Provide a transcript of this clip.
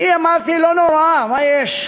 אני אמרתי: לא נורא, מה יש?